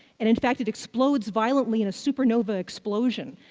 and in fact, it explodes violently in a supernova explosion.